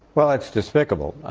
well, it's despicable.